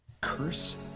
Curse